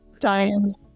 Diane